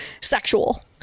sexual